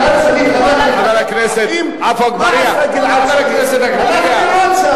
אתה נותן לו עוד דקות שידבר.